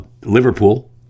Liverpool